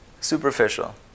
superficial